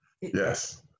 yes